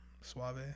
suave